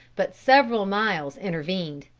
but several miles intervened.